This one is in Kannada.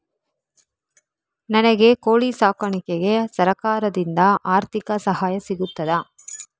ನನಗೆ ಕೋಳಿ ಸಾಕಾಣಿಕೆಗೆ ಸರಕಾರದಿಂದ ಆರ್ಥಿಕ ಸಹಾಯ ಸಿಗುತ್ತದಾ?